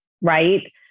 right